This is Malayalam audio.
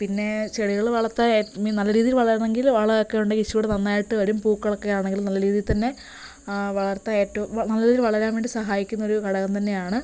പിന്നെ ചെടികൾ വളർത്താൻ എ മീ നല്ല രീതിയിൽ വളരണമെങ്കിൽ വളം ഒക്കെ ഉണ്ടെങ്കിൽ ഇച്ചിരി കൂടെ നന്നായിട്ട് വരും പൂക്കളൊക്കെ ആണെങ്കിൽ നല്ല രീതിയിൽ തന്നെ വളർത്താൻ ഏറ്റവും നല്ല രീതിയിൽ വളരാൻ വേണ്ടി സഹായിക്കുന്ന ഒരു ഘടകം തന്നെയാണ്